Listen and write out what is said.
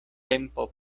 tempo